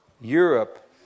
Europe